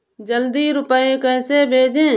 जल्दी रूपए कैसे भेजें?